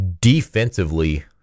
defensively